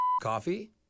Coffee